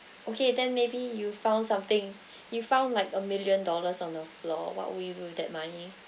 okay then maybe you found something you found like a million dollars on the floor what would you do with that money